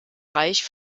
reich